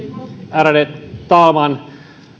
ärade talman